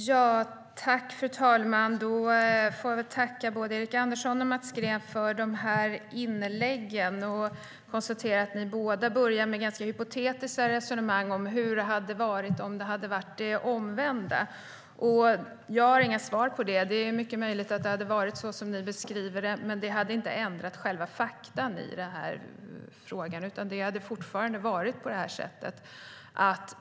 Fru ålderspresident! Jag tackar både Erik Andersson och Mats Green för inläggen. Jag konstaterar att ni båda för ganska hypotetiska resonemang om hur det hade varit om situationen hade varit den omvända. Jag har inga kommentarer till det. Det är mycket möjligt att det hade varit så som ni beskriver det, men det hade inte ändrat fakta i frågan. Det hade fortfarande varit på det här sättet.